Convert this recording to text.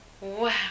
Wow